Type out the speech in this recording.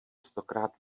stokrát